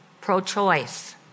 pro-choice